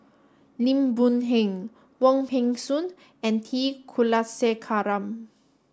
Lim Boon Heng Wong Peng Soon and T Kulasekaram